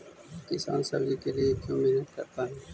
किसान सब्जी के लिए क्यों मेहनत करता है?